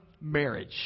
marriage